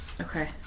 Okay